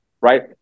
right